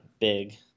big